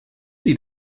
sie